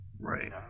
right